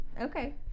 Okay